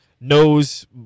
knows